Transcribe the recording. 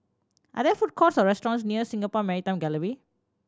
are there food courts or restaurants near Singapore Maritime Gallery